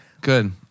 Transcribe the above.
good